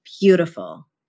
beautiful